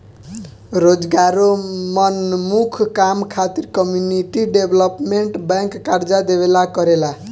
रोजगारोन्मुख काम खातिर कम्युनिटी डेवलपमेंट बैंक कर्जा देवेला करेला